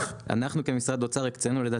אנחנו הקצינו את הכסף,